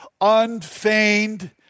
unfeigned